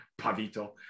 pavito